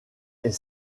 est